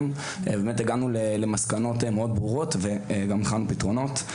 והגענו למסקנות ברורות וגם הכנו פתרונות.